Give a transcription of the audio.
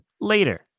later